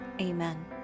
Amen